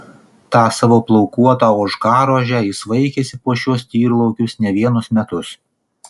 tą savo plaukuotą ožkarožę jis vaikėsi po šiuos tyrlaukius ne vienus metus